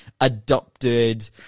adopted